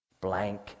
Blank